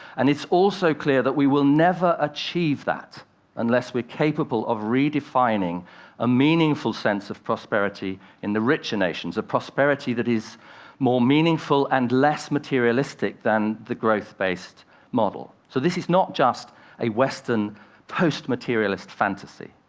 and it's also clear that we will never achieve that unless we're capable of redefining a meaningful sense of prosperity in the richer nations, a prosperity that is more meaningful and less materialistic than the growth-based model. so this is not just a western post-materialist fantasy.